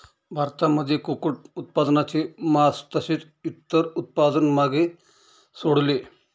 भारतामध्ये कुक्कुट उत्पादनाने मास तसेच इतर उत्पादन मागे सोडले